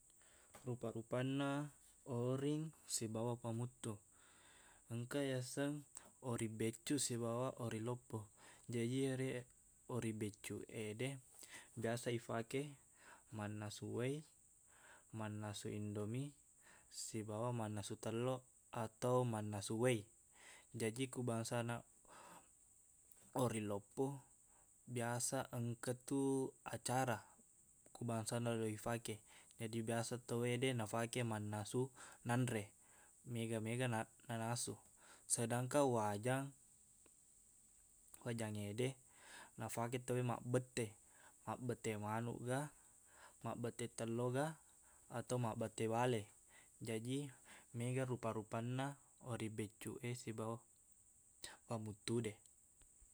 Rupa-rupanna oring sibawa pamuttu engka yaseng oring beccuq sibawa oring loppo jaji ere oring beccuq ede biasa ifake mannasu wae mannasu indomie sibawa mannasu telloq atau mannasu wae jaji ko bangsana oring loppo biasa engkatu acara ku bangsana loq ifake jaji biasa tauwede nafake mannasu nanre mega-mega nanasu sedangkan wajang wajangngede nafake tauwe mabbette mabbette manuq ga mabbette telloq ga ato mabbette bale jaji mega rupa-rupanna oring beccuq e sibawa pamuttude